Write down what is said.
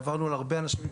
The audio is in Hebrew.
עברנו על הרבה אנשים.